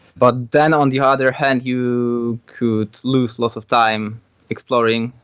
but then on the other hand you could lose lots of time exploring.